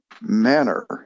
manner